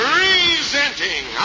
Presenting